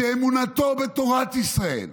שאמונתו בתורת ישראל,